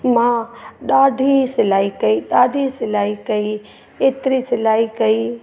मां ॾाढी सिलाई कई ॾाढी सिलाई कई एतिरी सिलाई कई